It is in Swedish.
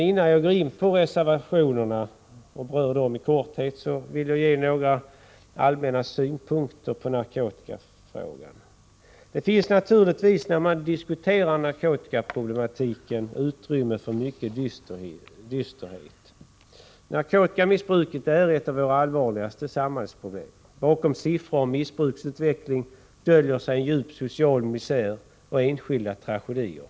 Innan jag går in på reservationerna och berör dem i korthet vill jag ge några allmänna synpunkter på narkotikafrågan. Det finns naturligtvis, när man diskuterar narkotikaproblematiken, utrymme för mycken dysterhet. Narkotikamissbruket är ett av våra allvarligaste samhällsproblem. Bakom siffror om missbruksutvecklingen döljer sig en djup social misär och enskilda tragedier.